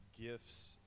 gifts